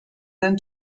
than